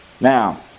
Now